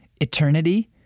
eternity